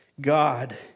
God